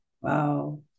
Wow